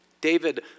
David